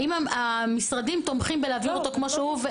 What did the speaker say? האם המשרדים תומכים בהעברתו כפי שהוא?